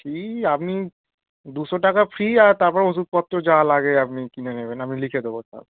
ফি আপনি দুশো টাকা ফী আর তারপর ওষুধপত্র যা লাগে আপনি কিনে নেবেন আমি লিখে দেবো সব